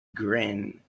grin